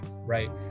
right